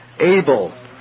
able